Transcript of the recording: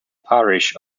parish